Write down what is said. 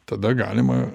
tada galima